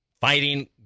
fighting